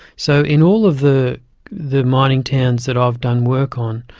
so in all of the the mining towns that i've done work on,